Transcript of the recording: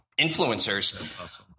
influencers